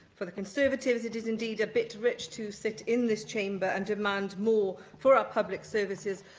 for the conservatives, it is indeed a bit rich to sit in this chamber and demand more for our public services,